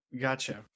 Gotcha